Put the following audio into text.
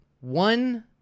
One